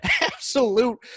absolute